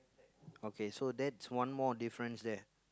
okay so that's one more difference there